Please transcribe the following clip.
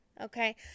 okay